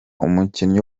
umukinnyi